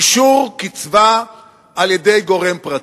אישור קצבה על-ידי גורם פרטי.